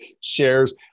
shares